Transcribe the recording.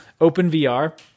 OpenVR